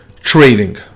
trading